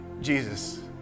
Jesus